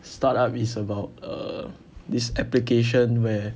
start up is about err this application where